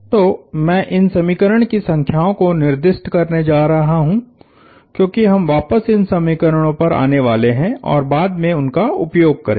तो मैं इन समीकरण की संख्याओं को निर्दिष्ट करने जा रहा हूं क्योंकि हम वापस इन समीकरणों पर आने वाले हैं और बाद में उनका उपयोग करेंगे